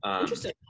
Interesting